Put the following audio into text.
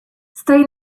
stoi